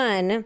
One